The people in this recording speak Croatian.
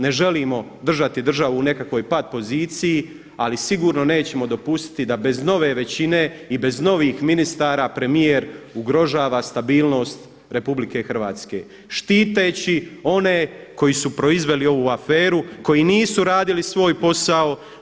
Ne želimo držati državu u nekakvoj pat poziciji, ali sigurno nećemo dopustiti da bez nove većine i bez novih ministara premijer ugrožava stabilnost Republike Hrvatske štiteći one koji su proizveli ovu aferu, koji nisu radili svoj posao.